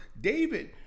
David